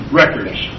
records